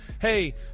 hey